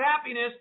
happiness